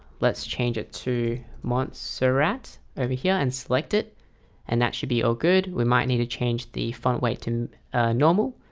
let's change it to montserrat over here and select it and that should be all good. we might need to change the font way to normal,